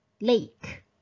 Lake